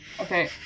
Okay